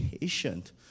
patient